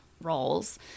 roles